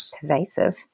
pervasive